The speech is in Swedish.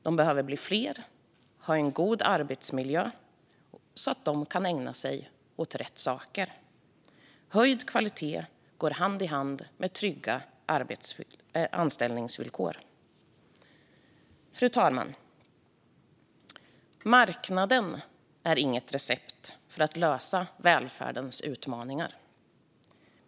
De behöver bli fler och ha en god arbetsmiljö, så att de kan ägna sig åt rätt saker. Höjd kvalitet går hand i hand med trygga anställningsvillkor. Fru talman! Marknaden är inget recept för att lösa välfärdens utmaningar.